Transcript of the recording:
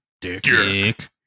Dick